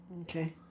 Okay